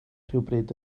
rhywbryd